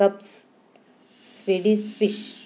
cups swedish fish